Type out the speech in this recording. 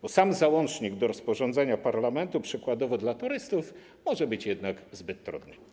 Bo sam załącznik do rozporządzenia Parlamentu przykładowo dla turystów może być jednak zbyt trudny.